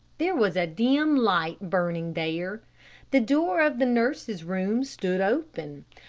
there was a dim light burning there. the door of the nurse's room stood open.